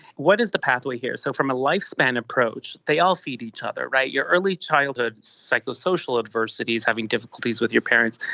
what is the pathway here? so from a lifespan approach they all feed each other. your early childhood psychosocial adversity is having difficulties with your parents.